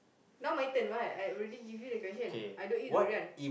now my turn right I already give you the question I don't eat durian